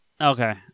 Okay